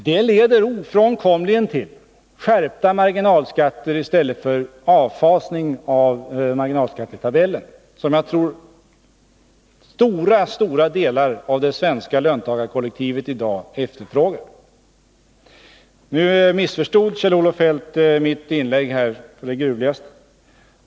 Detta leder ofrånkomligen till skärpta marginalskatter i stället för en avfasning av marginalskattetabellen, vilket ändå är vad stora delar av det svenska löntagarkollektivet i dag efterfrågar. Nu missförstod Kjell-Olof Feldt på det gruvligaste mitt inlägg.